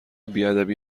بیادبی